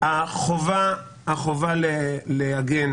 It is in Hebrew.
החובה לעגן